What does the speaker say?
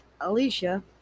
Alicia